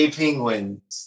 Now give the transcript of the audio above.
penguins